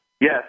Yes